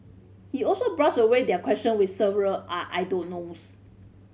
he also brushed away their question with several I don't knows